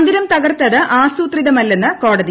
മന്ദിരം തകർത്തത് ആസൂത്രിതമല്ലെന്ന് കോടതി